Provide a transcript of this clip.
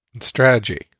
Strategy